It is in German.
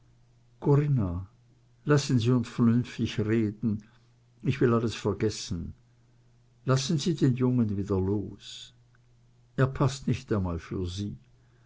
corinna lassen sie uns vernünftig reden ich will alles vergessen lassen sie den jungen wieder los er paßt nicht einmal für sie